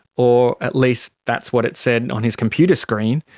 or at least that's what it said on his computer screen.